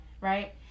Right